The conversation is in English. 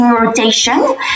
rotation